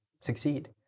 succeed